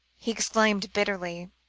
he exclaimed bitterly.